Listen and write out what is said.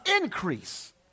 increase